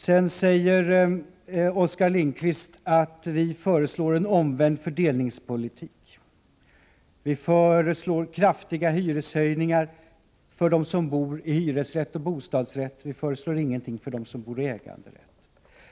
Sedan säger Oskar Lindkvist att vi föreslår en omvänd fördelningspolitik, att vi föreslår kraftiga hyreshöjningar för dem som bor i hyresrättslägenheter och för dem som bor i bostadsrättslägenheter och att vi inte föreslår något för dem som bor i bostäder med äganderätt.